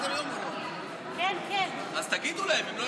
יעקב מרגי ואחמד טיבי בנושא: רבע מניצולי